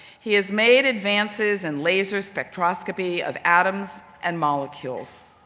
he has made advances in laser spectroscopy of atoms and molecules.